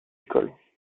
écoles